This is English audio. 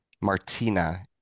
Martina